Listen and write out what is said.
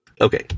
okay